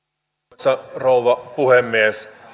arvoisa rouva puhemies